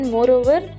Moreover